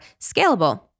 scalable